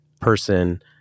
person